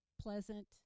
pleasant